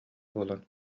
буолан